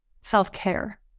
self-care